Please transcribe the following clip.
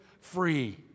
free